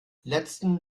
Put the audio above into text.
letzten